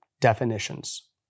definitions